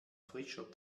frischer